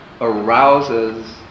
arouses